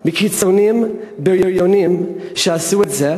אלא מקיצונים בריונים שעשו את זה.